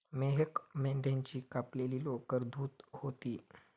मेहक मेंढ्याची कापलेली लोकर धुत होती